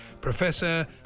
Professor